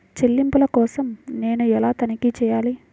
చెల్లింపుల కోసం నేను ఎలా తనిఖీ చేయాలి?